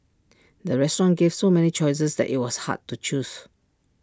the restaurant gave so many choices that IT was hard to choose